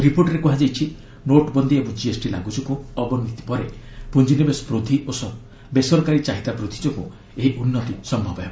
ରିପୋର୍ଟରେ କୁହାଯାଇଛି ନୋଟବନ୍ଦୀ ଓ କିଏସ୍ଟି ଲାଗୁ ଯୋଗୁଁ ଅବନତିପରେ ପୁଞ୍ଜିନିବେଶ ବୃଦ୍ଧି ଓ ବେସରକାରୀ ଚାହିଦା ବୃଦ୍ଧି ଯୋଗୁଁ ଏହି ଉନ୍ନତି ସମ୍ଭବ ହେବ